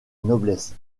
noblesse